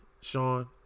Sean